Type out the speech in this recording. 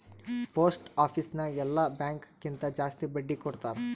post office ನಾಗ್ ಎಲ್ಲಾ bank ಕಿಂತಾ ಜಾಸ್ತಿ ಬಡ್ಡಿ ಕೊಡ್ತಾರ್